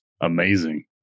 Amazing